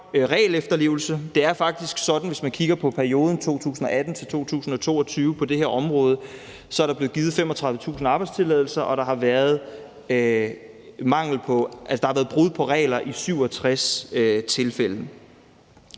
regelefterlevelse. Det er faktisk sådan, hvis man kigger på perioden 2018-2022 på det her område, at der er blevet givet 35.000 arbejdstilladelser, og der har været brud på regler i 67 tilfælde.